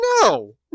no